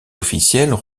officiels